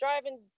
driving